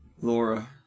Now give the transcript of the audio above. Laura